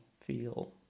feel